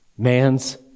Man's